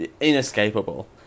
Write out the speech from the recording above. inescapable